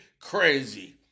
crazy